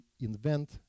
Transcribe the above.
invent